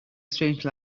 strange